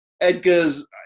Edgar's